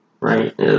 Right